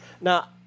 Now